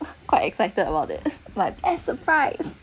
quite excited about it like as surprise